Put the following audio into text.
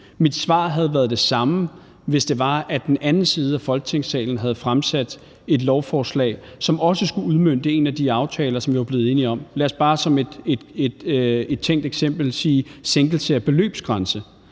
Mit svar havde været det samme, hvis det var, at den anden side af Folketingssalen havde fremsat et lovforslag, som også skulle udmønte en af de aftaler, som vi var blevet enige om. Lad os bare som et tænkt eksempel sige sænkelse af beløbsgrænse,